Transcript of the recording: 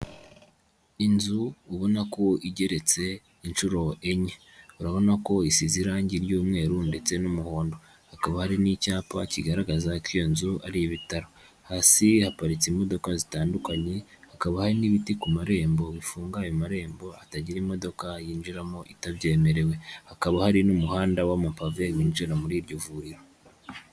Inzu ubona ko igeretse inshuro enye, urabona ko isize irangi ry'umweru ndetse n'umuhondo, hakaba hari n'icyapa kigaragaza ko iyo nzu ari ibitaro, hasi haparitse imodoka zitandukanye, hakaba hari n'ibiti ku marembo bifunga ayo marembo hatagira imodoka yinjiramo itabyemerewe, hakaba hari n'umuhanda w'amampave winjira muri iryo vuriro.